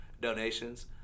donations